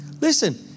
Listen